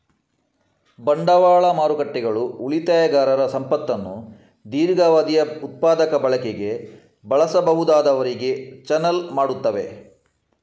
ಬಂಡವಾಳ ಮಾರುಕಟ್ಟೆಗಳು ಉಳಿತಾಯಗಾರರ ಸಂಪತ್ತನ್ನು ದೀರ್ಘಾವಧಿಯ ಉತ್ಪಾದಕ ಬಳಕೆಗೆ ಬಳಸಬಹುದಾದವರಿಗೆ ಚಾನಲ್ ಮಾಡುತ್ತವೆ